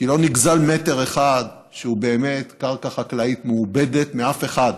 כי לא נגזל מטר אחד שהוא באמת קרקע חקלאית מעובדת מאף אחד.